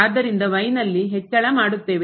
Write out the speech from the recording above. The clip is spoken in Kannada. ಆದ್ದರಿಂದ ಹೆಚ್ಚಳ ಮಾಡುತ್ತೇವೆ